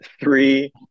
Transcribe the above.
Three